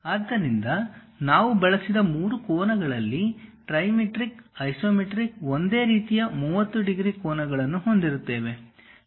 ಆದ್ದರಿಂದ ನಾವು ಬಳಸಿದ ಮೂರು ಕೋನಗಳಲ್ಲಿ ಟ್ರಿಮೆಟ್ರಿಕ್ ಐಸೊಮೆಟ್ರಿಕ್ ಒಂದೇ ರೀತಿಯ 30 ಡಿಗ್ರಿ ಕೋನಗಳನ್ನು ಹೊಂದಿರುತ್ತೇವೆ